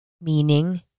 meaning